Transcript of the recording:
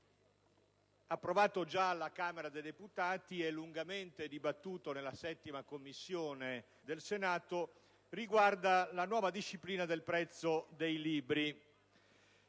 approvato già dalla Camera dei deputati e lungamente dibattuto nella 7a Commissione del Senato, riguarda la nuova disciplina del prezzo dei libri.